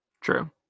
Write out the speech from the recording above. True